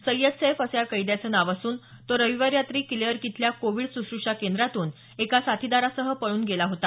सय्यद सैफ असं या कैद्याचं नाव असून तो रविवारी रात्री किले अर्क इथल्या कोविड सुश्रषा केंद्रातून एका साथीदारासह पळून गेला होता